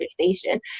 conversation